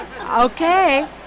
Okay